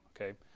okay